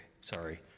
sorry